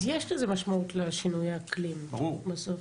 אז יש משמעות לשינוי האקלים בסוף.